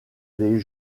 les